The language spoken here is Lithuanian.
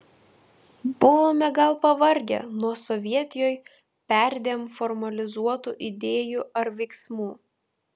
buvome gal pavargę nuo sovietijoj perdėm formalizuotų idėjų ar veiksmų